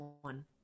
one